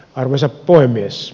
arvoisa puhemies